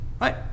Right